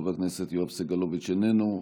חבר הכנסת יואב סגלוביץ' איננו.